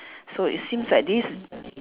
so it seems like this